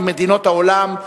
עם מדינות העולם,